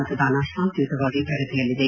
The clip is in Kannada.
ಮತದಾನ ಶಾಂತಿಯುತವಾಗಿ ಪ್ರಗತಿಯಲ್ಲಿದೆ